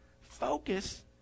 focus